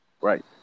Right